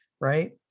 right